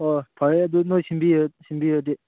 ꯑꯣ ꯐꯔꯦ ꯑꯗꯨ ꯅꯣꯏ ꯁꯤꯟꯕꯤꯔꯗꯤ